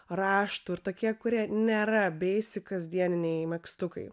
raštų ir tokie kurie nėra beisik kasdieniniai megztukai